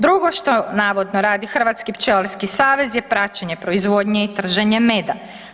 Drugo što navodno radi Hrvatski pčelarski savez je praćenje proizvodnje i trženje meda.